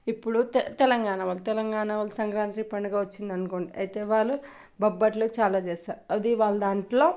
ఇప్పుడు తె తెలంగాణ వాళ్ళు తెలంగాణ వాళ్ళు సంక్రాంత్రి పండుగ వచ్చిందనుకోండి అయితే వాళ్ళు బొబ్బట్లు చాలా చేస్తారు అది వాళ్ళ దాంట్లో